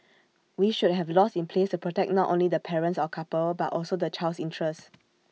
we should have laws in place to protect not only the parents or couple but also the child's interest